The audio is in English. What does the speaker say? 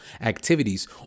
activities